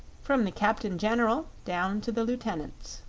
from the captain-general down to the lieutenants.